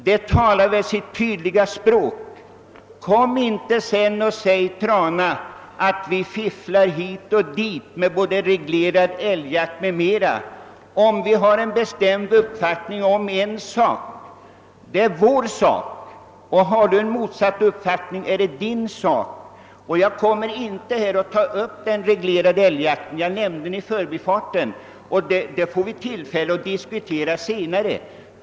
Kom sedan inte och säg, herr Trana, att vi pratar hit och dit om reglerad älgjakt m.m. Om vi har en bestämd uppfattning i en fråga, så är det vår sak, och har herr Trana motsatt åsikt så får det stå för hans räkning. Jag kommer inte här att ta upp frågan om den reglerade älgjakten; jag nämnde den bara i förbigående, och vi får tillfälle att senare diskutera den.